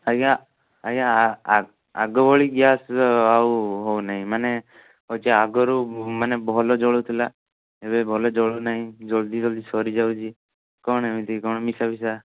ଆଜ୍ଞା ଆଜ୍ଞା ଆଗ ଭଳି ଗ୍ୟାସ୍ ଆଉ ହେଉନାହିଁ ମାନେ ହେଉଛି ଆଗରୁ ମାନେ ଭଲ ଜଳୁଥିଲା ଏବେ ଭଲ ଜଳୁନାହିଁ ଜଲ୍ଦି ଜଲ୍ଦି ସରିଯାଉଛି କ'ଣ ଏମିତି କ'ଣ ମିଶା ମିଶା